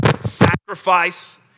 sacrifice